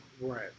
Right